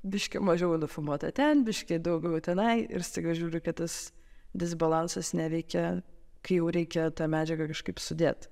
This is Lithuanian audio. biškį mažiau nufilmuota ten biškį daugiau tenai ir staiga žiūri kad tas disbalansas neveikia kai jau reikia tą medžiagą kažkaip sudėt